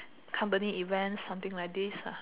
company events something like this ah